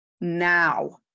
now